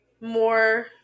more